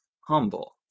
humble